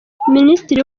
minisitiri